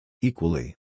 Equally